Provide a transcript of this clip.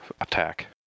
Attack